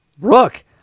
Rook